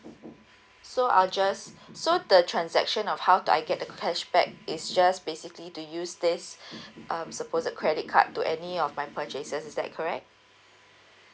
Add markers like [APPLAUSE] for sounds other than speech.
so I'll just so the transaction of how do I get the cashback is just basically to use this [BREATH] um supposed credit card to any of my purchases is that correct